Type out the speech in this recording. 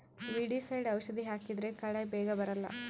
weedicide ಔಷಧಿ ಹಾಕಿದ್ರೆ ಕಳೆ ಬೇಗ ಬರಲ್ಲ